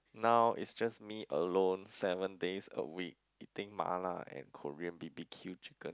now it's just me alone seven days a week eating mala and Korean B_B_Q chicken